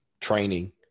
training